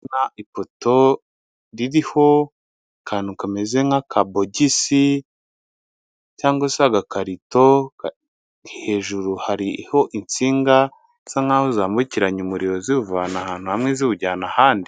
Ipoto ririho akantu kameze nk'akabogisi cyangwa se agakarito, hejuru hariho insinga zisa nkaho zambukiranya umuriro ziwuvana ahantu hamwe ziwujyana ahandi.